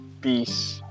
peace